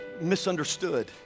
misunderstood